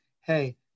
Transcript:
hey